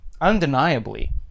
undeniably